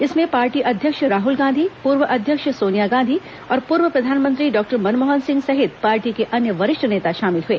इसमें पार्टी अध्यक्ष राहल गांधी पूर्व अध्यक्ष सोनिया गांधी और पूर्व प्रधानमंत्री डॉक्टर मनमोहन सिंह सहित पार्टी के अन्य वरिष्ठ नेता शामिल हुए